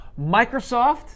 Microsoft